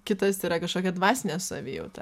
kitas yra kažkokia dvasinė savijauta